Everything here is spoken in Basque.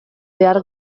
behar